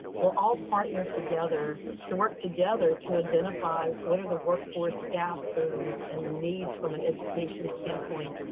will all partner together to work together to identify what are the workforce gaps and the needs from an education standpoint.